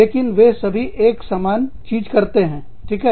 लेकिन वे सभी एक समान चीज करते हैं ठीक है